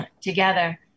together